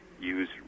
use